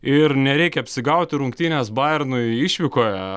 ir nereikia apsigauti rungtynės bajernui išvykoje